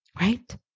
right